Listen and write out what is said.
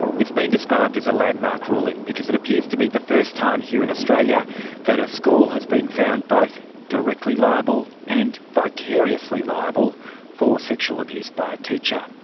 it's been described as a landmark ruling because it appears to be the first time here in australia that a school has been found both directly liable and vicariously liable for sexual abuse by a teacher.